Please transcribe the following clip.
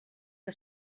que